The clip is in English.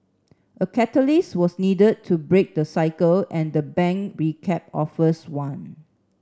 a catalyst was needed to break the cycle and the bank recap offers one